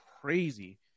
crazy